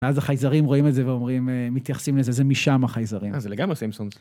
ואז החייזרים רואים את זה ואומרים, מתייחסים לזה, זה משם החייזרים. אה, זה לגמרי סמסונדס.